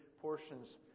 portions